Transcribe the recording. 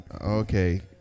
okay